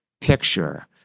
picture